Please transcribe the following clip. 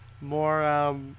more